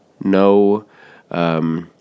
No